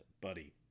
Buddy